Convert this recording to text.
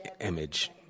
image